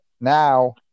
Now